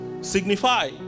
signify